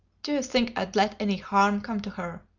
do you think i'd let any harm come to her?